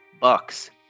Bucks